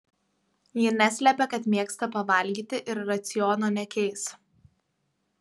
ji neslepia kad mėgsta pavalgyti ir raciono nekeis